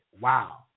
Wow